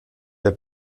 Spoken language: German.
der